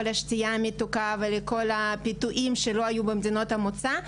השתייה המתוקה ולכל הפיתויים שלא היו במדינות המוצא,